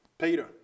Peter